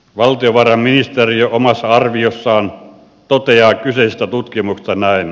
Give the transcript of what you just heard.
valtiovarainministeriö omassa arviossaan toteaa kyseisestä tutkimuksesta näin